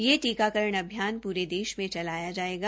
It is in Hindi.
यह टीकाकरण अभियान पूरे देश में चलाया जायेगा